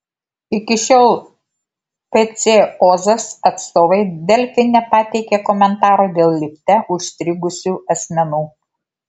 iki šiol pc ozas atstovai delfi nepateikė komentaro dėl lifte užstrigusių asmenų